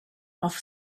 auf